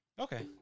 Okay